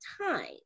time